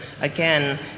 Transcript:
again